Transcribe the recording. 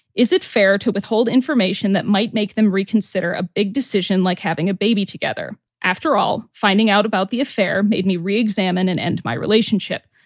is it fair to withhold information that might make them reconsider a big decision like having a baby together? after all, finding out about the affair made me re-examine and end my relationship.